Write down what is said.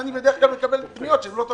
ואני בדרך כלל מקבל פניות שהן לא טובות,